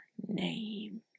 name